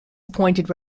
appointed